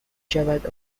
شود